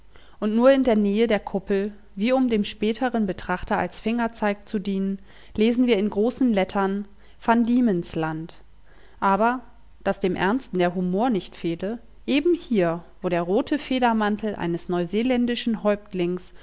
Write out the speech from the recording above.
und nur in der nähe der kuppel wie um dem späteren beschauer als fingerzeig zu dienen lesen wir in großen lettern van diemensland aber daß dem ernsten der humor nicht fehle eben hier wo der rote federmantel eines neuseeländischen häuptlings